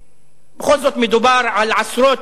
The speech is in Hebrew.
גם אם הן ייגזרו מאתנו היום, או מחר,